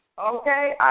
Okay